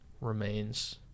remains